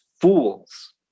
fools